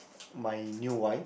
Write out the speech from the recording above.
my new wife